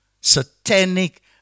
Satanic